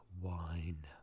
wine